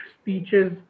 speeches